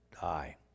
die